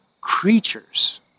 creatures